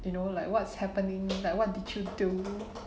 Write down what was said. you know like what's happening like what did you do